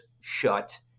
shut